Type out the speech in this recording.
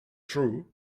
true